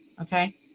okay